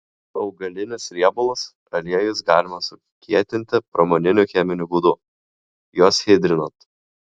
augalinius riebalus aliejus galima sukietinti pramoniniu cheminiu būdu juos hidrinant